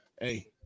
hey